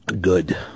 Good